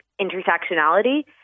intersectionality